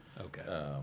Okay